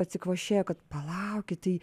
atsikvošėjo kad palaukit tai